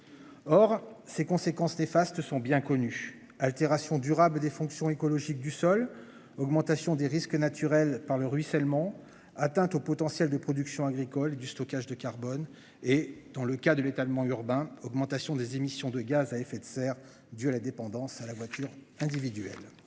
Or ces conséquences néfastes sont bien connus altération durable des fonctions écologiques du sol. Augmentation des risques naturels par le ruissellement atteinte au potentiel de production agricole et du stockage de carbone et dans le cas de l'étalement urbain, augmentation des émissions de gaz à effet de serre à la dépendance à la voiture individuelle.